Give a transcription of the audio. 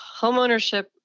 homeownership